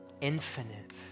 infinite